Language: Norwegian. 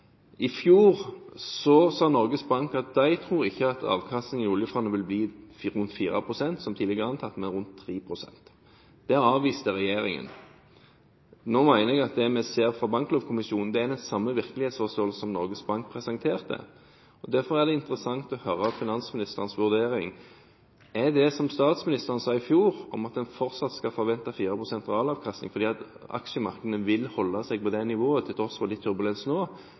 I fjor sa Norges Bank at de ikke trodde avkastningen i oljefondet ville bli rundt 4 pst. som tidligere antatt, men rundt 3 pst. Det avviste regjeringen. Nå mener jeg at det vi ser fra Banklovkommisjonen, er den samme virkelighetsforståelsen som Norges Bank presenterte. Derfor er det interessant å høre finansministerens vurdering: Står en på det som statsministeren sa i fjor, at en fortsatt skal forvente 4 pst. realavkastning fordi aksjemarkedene vil holde seg på det nivået til tross for litt turbulens nå?